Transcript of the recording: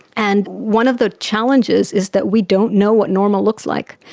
and one of the challenges is that we don't know what normal looks like.